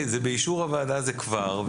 באישור הוועדה זה כבר,